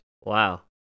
wow